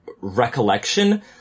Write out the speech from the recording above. recollection